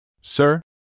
Sir